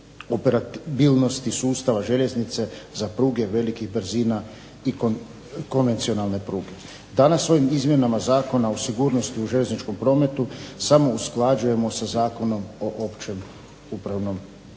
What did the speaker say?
interoperabilnosti sustava željeznice za pruge velikih brzina i konvencionalne pruge. Danas ovim izmjenama Zakona o sigurnosti u željezničkom prometu samo usklađujemo sa Zakonom o općem upravnom postupku.